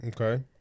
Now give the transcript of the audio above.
Okay